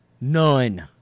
None